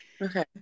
Okay